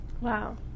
Wow